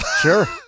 Sure